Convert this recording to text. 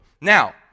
Now